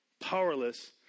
powerless